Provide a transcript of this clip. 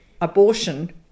abortion